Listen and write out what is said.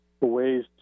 ways